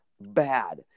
bad